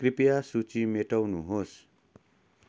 कृपया सूची मेटाउनुहोस्